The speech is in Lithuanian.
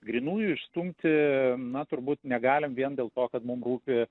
grynųjų išstumti na turbūt negalim vien dėl to kad mum rūpi